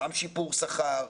גם שיפור שכר,